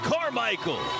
Carmichael